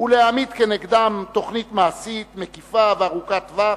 ולהעמיד כנגדם תוכנית מעשית מקיפה וארוכת טווח,